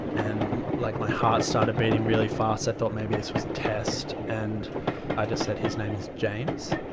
and like my heart started beating really fast, i thought maybe this was a test. and i just said, his name is james.